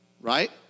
Right